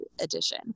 edition